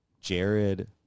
jared